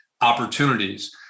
opportunities